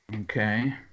Okay